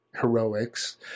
heroics